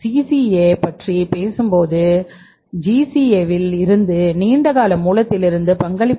C